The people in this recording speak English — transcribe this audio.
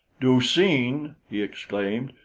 du-seen! he exclaimed.